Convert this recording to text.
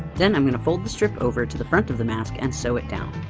then i'm going to fold the strip over to the front of the mask and sew it down.